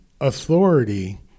authority